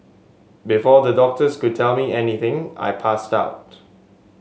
before the doctors could tell me anything I passed out